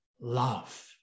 love